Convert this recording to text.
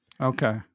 Okay